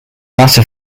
latter